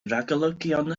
ragolygon